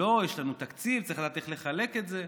לא, יש לנו תקציב, צריך לדעת איך לחלק את זה.